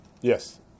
Yes